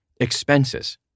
expenses